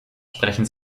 sprechen